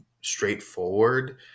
straightforward